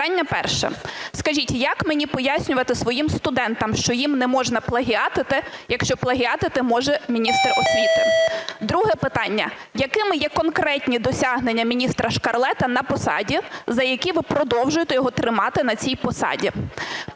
Питання перше. Скажіть, як мені пояснювати своїм студентам, що їм не можна плагіатити, якщо плагіатити може міністр освіти? Друге питання. Якими є конкретні досягнення міністра Шкарлета на посаді, за які ви продовжуєте його тримати на цій посаді?